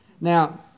Now